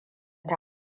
ta